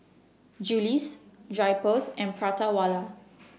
Julies Drypers and Prata Wala